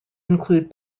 include